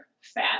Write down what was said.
fat